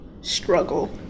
struggle